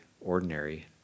ordinary